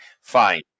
Fine